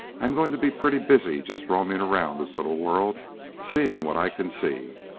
i am going to be pretty busy just roaming around this little world seeing what i can see.